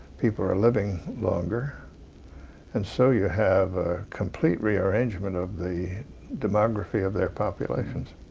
people are living longer and so you have a complete rearrangement of the demography of their populations.